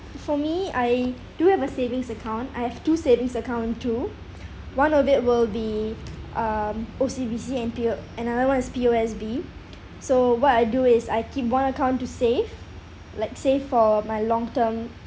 for me I do have a savings account I have two savings account too one of it will be um O_C_B_C and P_O another one is P_O_S_B so what I do is I keep one account to save like save for my long term